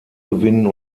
gewinnen